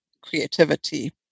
creativity